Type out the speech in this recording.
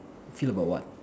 feel about what